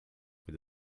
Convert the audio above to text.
with